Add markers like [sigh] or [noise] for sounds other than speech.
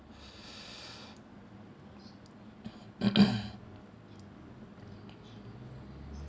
[coughs]